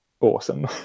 awesome